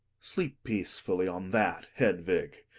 sleep peacefully on that, hedvig.